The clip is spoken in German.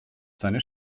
seine